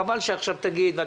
חבל שעכשיו תגיד.